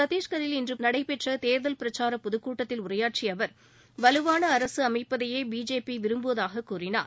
சத்தீஸ்கரில் இன்று நடைபெற்ற தேர்தல் பிரச்சார பொதுக் கூட்டத்தில் உரையாற்றிய அவர் வலுவான அரசு அமைப்பதையே பிஜேபி விரும்புவதாக கூறினார்